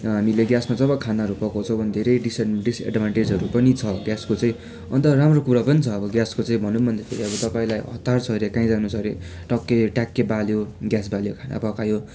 हामीले ग्यासमा जब खानाहरू पकाउँछौँ धेरै डिस डिसएडभान्टेजहरू पनि छ ग्यासको चाहिँ अन्त राम्रो कुरा पनि छ अब ग्यासको चाहिँ भनौँ भन्दाखेरि अब तपाईँलाई हतार छ अरे कहीँ जानु छ अरे टक्कै ट्याक्कै बाल्यो ग्यास बाल्यो खाना पकायो